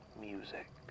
music